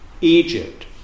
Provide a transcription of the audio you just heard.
Egypt